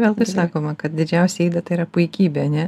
veltui sakoma kad didžiausia yda tai yra puikybė ane